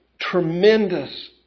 tremendous